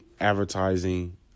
advertising